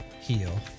heal